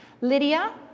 Lydia